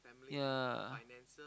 yeah